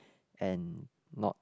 and not